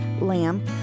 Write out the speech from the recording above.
lamb